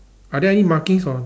are there any markings on